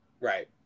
right